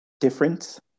difference